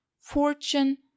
fortune